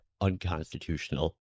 unconstitutional